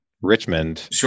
Richmond